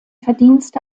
verdienste